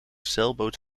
zeilboot